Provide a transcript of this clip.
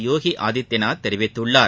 யோகி ஆதித்யநாத் தெரிவித்துள்ளார்